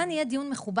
כאן יהיה דיון מכובד.